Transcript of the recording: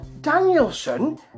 Danielson